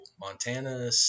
Montana